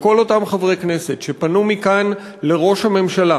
לכל אותם חברי כנסת שפנו מכאן לראש הממשלה: